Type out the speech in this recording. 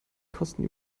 kosten